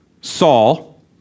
Saul